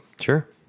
Sure